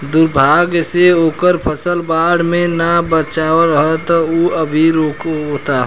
दुर्भाग्य से ओकर फसल बाढ़ में ना बाचल ह त उ अभी रोओता